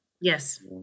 Yes